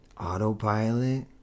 autopilot